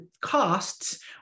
costs